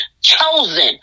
chosen